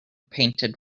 painted